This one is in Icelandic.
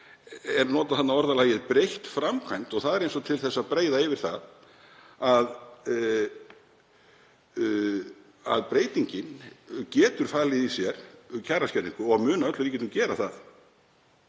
er notað orðalagið „breytt framkvæmd“ og það er eins og til þess að breiða yfir það að breytingin getur falið í sér kjaraskerðingu og mun að öllum líkindum gera það.